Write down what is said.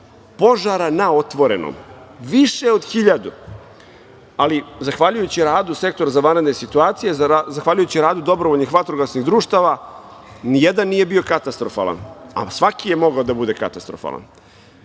požara na otvorenom. Ali, zahvaljujući radu Sektora za vanredne situacije, zahvaljujući radu dobrovoljnih vatrogasnih društava, nijedan nije bio katastrofalan, a svaki je mogao da bude katastrofalan.U